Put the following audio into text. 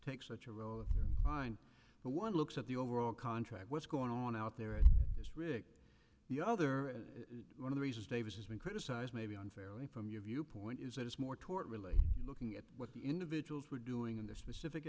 take such a role of mine but one looks at the overall contract what's going on out there it is rick the other one of the reasons davis has been criticized maybe unfairly from your viewpoint is that it's more tort related looking at what the individuals were doing in the specific